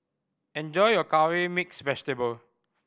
enjoy your Curry Mixed Vegetable